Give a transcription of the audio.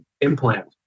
implant